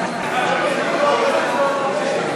מי בעד ההסתייגות?